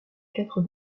quatre